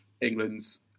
England's